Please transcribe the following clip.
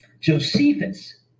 Josephus